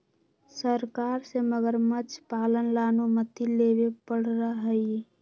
सरकार से मगरमच्छ पालन ला अनुमति लेवे पडड़ा हई